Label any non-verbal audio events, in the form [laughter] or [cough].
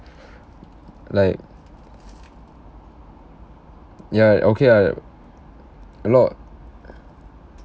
[breath] like ya okay ah a lot [breath]